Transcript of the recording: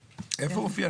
איפה זה מופיע?